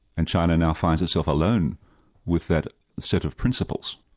and china now finds itself alone with that set of principles.